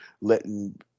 letting